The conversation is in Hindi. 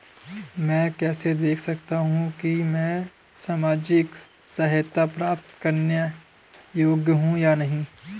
मैं कैसे देख सकता हूं कि मैं सामाजिक सहायता प्राप्त करने योग्य हूं या नहीं?